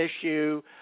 issue